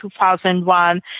2001